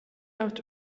out